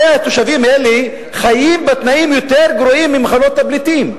הרי התושבים האלה חיים בתנאים יותר גרועים ממחנות הפליטים,